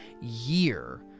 year